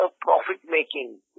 profit-making